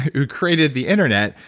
who created the internet,